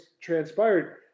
transpired